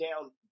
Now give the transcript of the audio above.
down